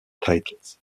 titles